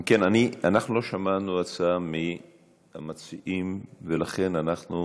אם כן, אנחנו לא שמענו הצעה מהמציעים, ולכן זה